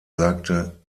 sagte